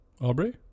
Aubrey